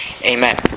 Amen